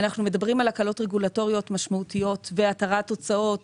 אנחנו מדברים על הקלות רגולטוריות משמעותיות ועל התרת הוצאות